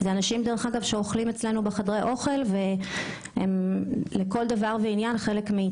מדובר באנשים שאוכלים בחדרי האוכל שלנו והם חלק מאיתנו לכל דבר ועניין.